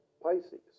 Pisces